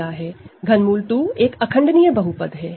∛ 2 एक irreducible polynomial है